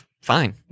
fine